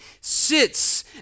sits